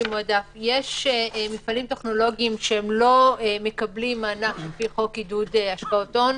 יש מפעלים טכנולוגיים שלא מקבלים מענק לפי חוק עידוד להשקעות הון,